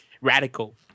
radical